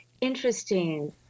Interesting